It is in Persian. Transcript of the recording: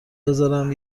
بذارم